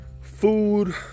food